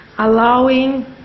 allowing